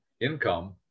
income